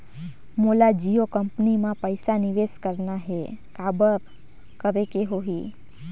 मोला जियो कंपनी मां पइसा निवेश करना हे, काबर करेके होही?